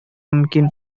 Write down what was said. мөмкин